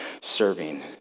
serving